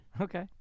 Okay